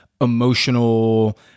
emotional